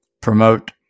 promote